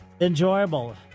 enjoyable